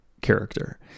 character